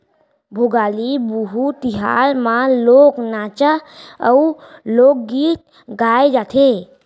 भोगाली बिहू तिहार म लोक नाचा अउ लोकगीत गाए जाथे